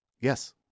Yes